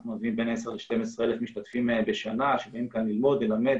אנחנו מביאים ביטן 10,000 ל-12,000 משתתפים בשנה שהם באים ללמוד כאן,